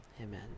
Amen